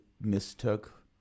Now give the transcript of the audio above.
mistook